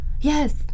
Yes